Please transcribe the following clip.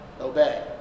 obey